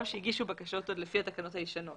גם אלה שהגישו בקשות עוד לפי התקנות הישנות.